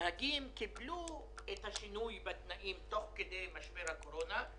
הנהגים קיבלו את השינוי בתנאים תוך כדי משבר הקורונה.